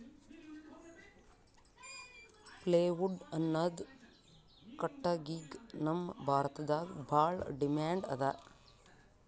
plywood ಅನ್ನದ್ ಕಟ್ಟಗಿಗ್ ನಮ್ ಭಾರತದಾಗ್ ಭಾಳ್ ಡಿಮ್ಯಾಂಡ್ ಅದಾ